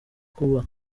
kuba